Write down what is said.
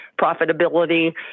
profitability